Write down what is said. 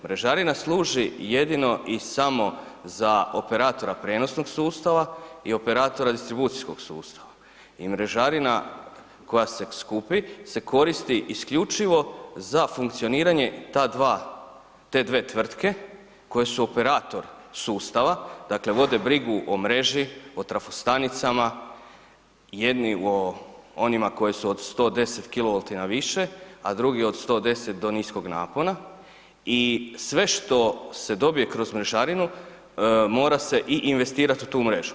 Mrežarina služi jedino i samo za operatora prijenosnog sustava i operatora distribucijskog sustava i mrežarina koja se skupi se koristi isključivo za funkcioniranje ta dva, te dvije tvrtke koje su operator sustava, dakle vode brigu o mreži, o trafostanicama, jedni o onima koji su od 110 kW na više, a drugi od 110 do niskog napona i sve što se dobije kroz mrežarinu mora se i investirati u tu mrežu.